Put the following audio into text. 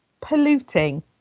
polluting